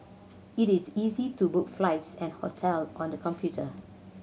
it is easy to book flights and hotel on the computer